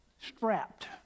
strapped